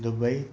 Dubai